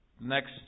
Next